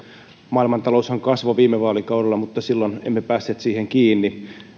maailmanta loushan kasvoi viime vaalikaudella mutta silloin emme päässeet siihen kiinni